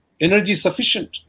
energy-sufficient